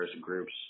groups